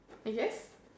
I guess